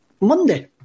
Monday